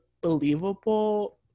believable